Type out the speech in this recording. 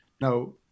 Now